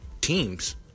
teams